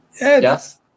yes